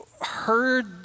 heard